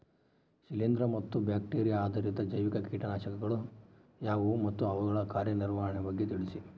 ಶಿಲೇಂದ್ರ ಮತ್ತು ಬ್ಯಾಕ್ಟಿರಿಯಾ ಆಧಾರಿತ ಜೈವಿಕ ಕೇಟನಾಶಕಗಳು ಯಾವುವು ಮತ್ತು ಅವುಗಳ ಕಾರ್ಯನಿರ್ವಹಣೆಯ ಬಗ್ಗೆ ತಿಳಿಸಿ?